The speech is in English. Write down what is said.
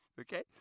Okay